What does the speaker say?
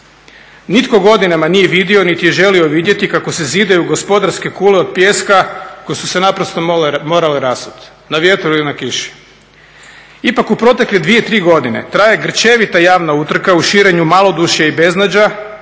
Nitko godinama nije vidio, niti je želio vidjeti kako se zidaju gospodarske kule od pijeska koje su se naprosto morale rasuti na vjetru i na kiši. Ipak u protekle dvije, tri godine traje grčevita javna utrka u širenju malodušja i beznađa